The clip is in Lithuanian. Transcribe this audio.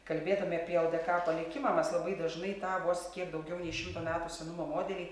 kalbėdami apie ldk palikimą mes labai dažnai tą vos kiek daugiau nei šimto metų senumo modelį